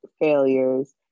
failures